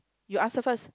you answer first